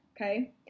Okay